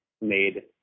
made